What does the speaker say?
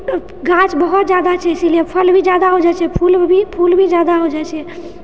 गाछ बहुत जादा छै इसीलिए फल भी जादा हो जाए छै फूल भी फूल भी जादा हो जाए छै